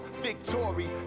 Victory